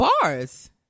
bars